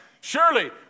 Surely